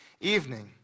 Evening